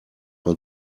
man